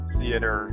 theater